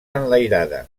enlairada